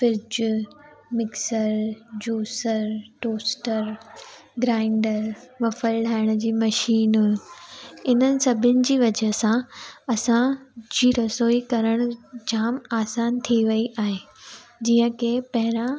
fridge mixer juicer toaster grinder wafer लाहिण जी machine इन्हनि सभिन जी वज़ह सां असांजी रसोई करण जाम आसान थी वई आहे जींअ की पहिरियां